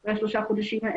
אחרי שלושה חודשים,